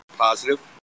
Positive